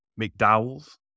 mcdowell's